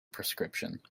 prescription